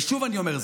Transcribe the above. ושוב אני אומר זאת.